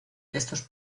estos